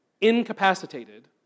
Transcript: incapacitated